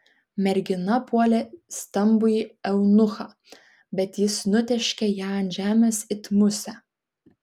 mergina puolė stambųjį eunuchą bet jis nutėškė ją ant žemės it musę